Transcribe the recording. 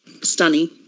stunning